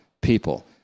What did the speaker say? people